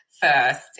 first